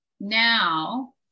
now